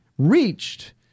Reached